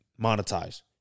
monetize